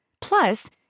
Plus